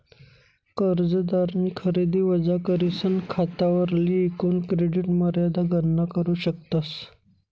कर्जदारनी खरेदी वजा करीसन खातावरली एकूण क्रेडिट मर्यादा गणना करू शकतस